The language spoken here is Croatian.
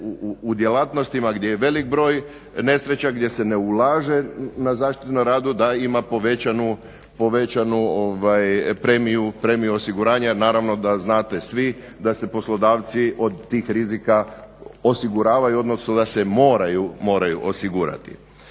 u djelatnostima gdje je velik broj nesreća, gdje se ne ulaže na zaštitu na radu da ima povećanu premiju osiguranja. Naravno da znate svi da se poslodavci od tih rizika osiguravaju, odnosno da se moraju osigurati.